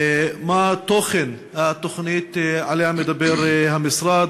1. מה היא התוכנית שעליה מדבר המשרד?